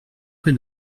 rue